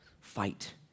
fight